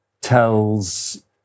tells